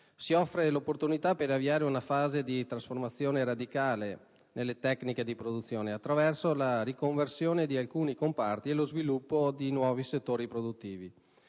Si offre l'opportunità per avviare una fase di trasformazioni radicali nelle tecniche di produzione, attraverso la riconversione di alcuni comparti e lo sviluppo di nuovi settori produttivi.